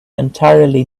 entirely